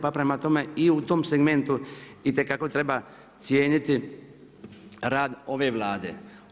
Prema tome, i u tom segmentu itekako treba cijeniti rad ove Vlade.